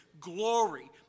glory